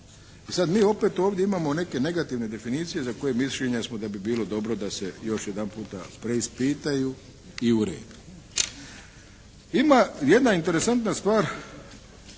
Sad mi opet ovdje imamo neke negativne definicije za koje mišljenja smo da bi bilo dobro da se još jedan puta preispitaju i urede. Ima jedna interesantna stvar